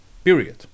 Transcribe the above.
period